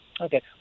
Okay